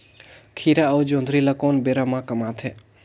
खीरा अउ जोंदरी ल कोन बेरा म कमाथे?